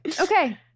Okay